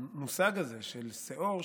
המושג של הזה של שאור,